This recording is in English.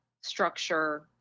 structure